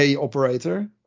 operator